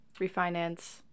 refinance